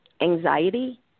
anxiety